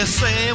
say